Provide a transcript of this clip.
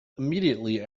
immediately